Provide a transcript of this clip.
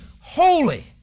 holy